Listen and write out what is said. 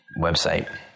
website